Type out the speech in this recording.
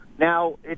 Now